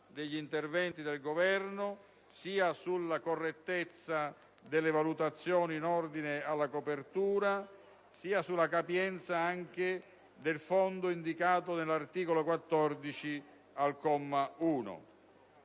degli interventi del Governo, sia sulla correttezza delle valutazioni in ordine alla copertura, sia sulla capienza del Fondo indicato dall'articolo 14 al comma 1.